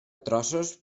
trossos